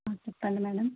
చెప్పండి మేడం